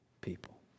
people